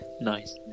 Nice